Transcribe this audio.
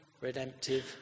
redemptive